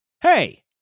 Hey